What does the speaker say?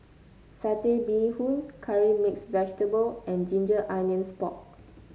Satay Bee Hoon Curry Mixed Vegetable and Ginger Onions Pork